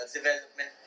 development